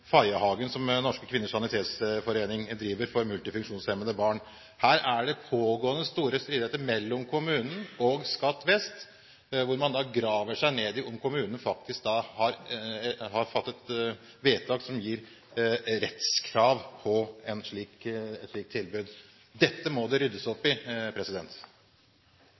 Fayehagen, som Norske Kvinners Sanitetsforening driver for multifunksjonshemmede barn. Her er det pågående store stridigheter mellom kommunen og Skatt vest, hvor man graver seg ned i om kommunen faktisk har fattet vedtak som gir rettskrav til et slikt tilbud. Dette må det ryddes opp i!